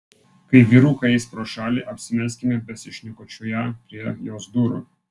kai vyrukai eis pro šalį apsimeskime besišnekučiuoją prie jos durų